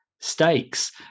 stakes